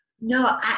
No